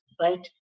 right